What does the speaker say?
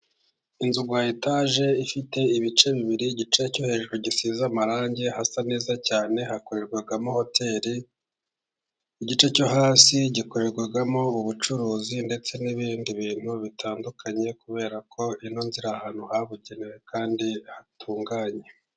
Inzu ya etage ifite ibice bibiri. Igice cyo hejuru gisize amarangi asa neza cyane . Hakorerwamo hoteli, igice cyo hasi gikorerwamo ubucuruzi ,ndetse n'ibindi bintu bitandukanye . kubera ko ino nzu iri ahantu habugenewe kandi hatunganye.